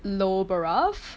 low borough